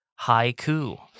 haiku